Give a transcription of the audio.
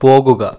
പോകുക